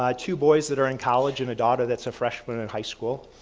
ah two boys that are in college, and a daughter that's a freshman in high school.